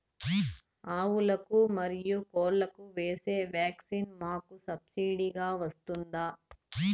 ఆవులకు, మరియు కోళ్లకు వేసే వ్యాక్సిన్ మాకు సబ్సిడి గా వస్తుందా?